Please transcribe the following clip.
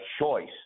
choice